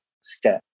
step